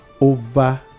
over